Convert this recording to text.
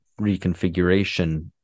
reconfiguration